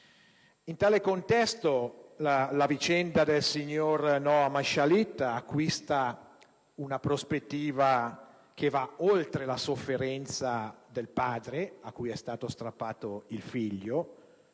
In tale contesto, la vicenda del signor Noam Shalit acquista una prospettiva che va oltre la sofferenza del padre a cui è stato strappato il figlio,